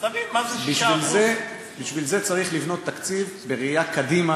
אז תבין מה זה 6%. בשביל זה צריך לבנות תקציב בראייה קדימה,